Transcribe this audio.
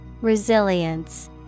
Resilience